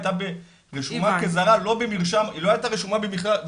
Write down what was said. היא הייתה רשומה כזרה, היא לא הייתה רשומה בכלל.